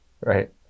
Right